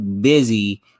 busy